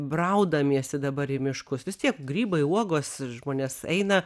braudamiesi dabar į miškus vis tiek grybai uogos žmonės eina